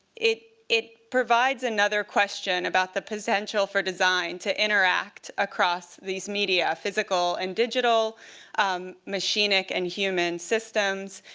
it it provides another question about the potential for design to interact across these media, physical and digital machines like and human systems,